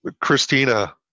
Christina